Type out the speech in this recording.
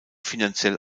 finanziell